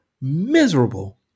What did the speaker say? miserable